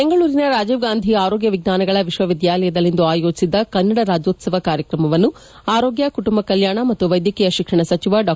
ಬೆಂಗಳೂರಿನ ರಾಜೀವ್ ಗಾಂಧಿ ಆರೋಗ್ಯ ವಿಜ್ಞಾನಗಳ ವಿಶ್ವವಿದ್ಯಾಲಯದಲ್ಲಿಂದು ಆಯೋಜಿಸಿದ್ದ ಕನ್ನಡ ರಾಜ್ಯೋತ್ಸವ ಕಾರ್ಯಕ್ರಮವನ್ನು ಆರೋಗ್ಯ ಕುಟುಂಬ ಕಲ್ಯಾಣ ಮತ್ತು ವೈದ್ಯಕೀಯ ಶಿಕ್ಷಣ ಸಚಿವ ಡಾ